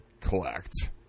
collect